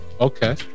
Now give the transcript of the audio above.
okay